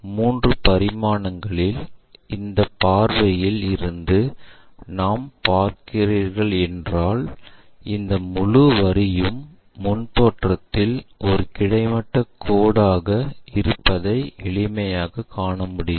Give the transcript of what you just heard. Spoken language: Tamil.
மூன்று பரிமாணங்களில் இந்த பார்வையில் இருந்து நாம் பார்க்கிறீர்கள் என்றால் இந்த முழு வரியும் முன் தோற்றத்தில் ஒரு கிடைமட்ட கோடு ஆக இருப்பதை எளிமையாக காணமுடியும்